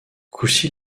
coucy